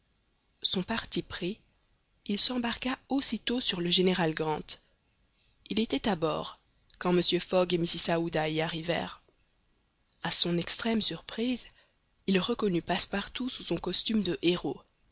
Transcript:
son parti pris il s'embarqua aussitôt sur le general grant il était à bord quand mr fogg et mrs aouda y arrivèrent a son extrême surprise il reconnut passepartout sous son costume de héraut